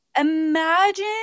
imagine